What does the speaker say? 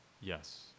yes